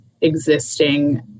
existing